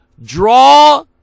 draw